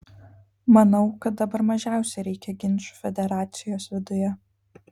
manau kad dabar mažiausiai reikia ginčų federacijos viduje